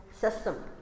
system